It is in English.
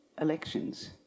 elections